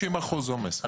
50 אחוזים עומס.